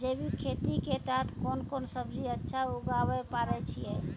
जैविक खेती के तहत कोंन कोंन सब्जी अच्छा उगावय पारे छिय?